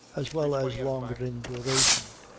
as well as longer in duration.